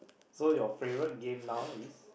so your favourite game now is